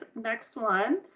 next one.